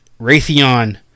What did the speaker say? Raytheon